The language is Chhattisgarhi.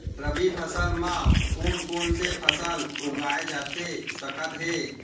रबि फसल म कोन कोन से फसल उगाए जाथे सकत हे?